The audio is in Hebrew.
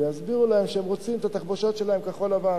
ויסבירו להם שהם רוצים את התחבושות שלהם כחול-לבן.